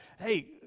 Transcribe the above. hey